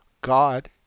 God